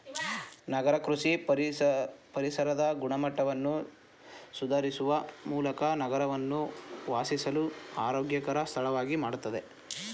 ನಗರ ಕೃಷಿ ಪರಿಸರದ ಗುಣಮಟ್ಟವನ್ನು ಸುಧಾರಿಸುವ ಮೂಲಕ ನಗರವನ್ನು ವಾಸಿಸಲು ಆರೋಗ್ಯಕರ ಸ್ಥಳವಾಗಿ ಮಾಡ್ತದೆ